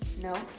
No